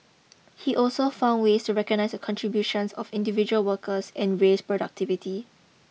he also found ways to recognise the contributions of individual workers and raise productivity